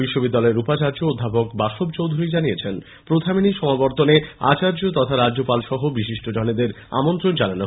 বিশ্ববিদ্যালয়ের উপাচার্য অধ্যাপক বাসব চৌধুরী জানিয়েছেন প্রথা মেনেই সমাবর্তনে রাজ্যপাল তথা আচার্য সহ বিশিষ্টজনদের আমন্ত্রণ জানানো হয়েছে